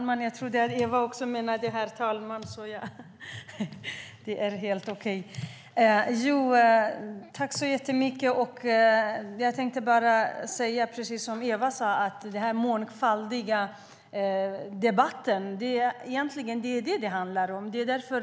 Herr talman! Jag tänkte, precis som Eva Olofsson, säga att det handlar om en mångfaldig debatt.